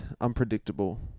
unpredictable